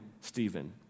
Stephen